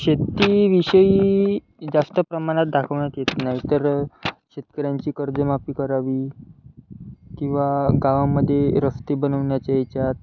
शेतकीविषयी जास्त प्रमाणात दाखवण्यात येत नाही तर शेतकऱ्यांची कर्जमाफी करावी किंवा गावामध्ये रस्ते बनवण्याच्या याच्यात